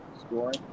scoring